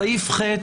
סעיף (ח)